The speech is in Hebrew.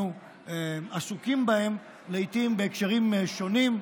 אנחנו עסוקים בהם לעיתים בהקשרים שונים,